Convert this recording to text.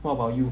what about you